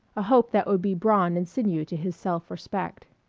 a hope that would be brawn and sinew to his self-respect.